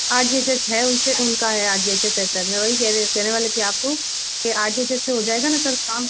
आज जैसे है उनसे उनका है आज जैसे तेसे मैं वही कह रही कहने वाले थे आपको की आज जैसे हो जायेगा ना सर काम